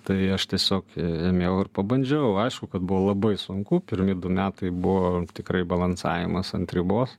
tai aš tiesiog ėmiau ir pabandžiau aišku kad buvo labai sunku pirmi du metai buvo tikrai balansavimas ant ribos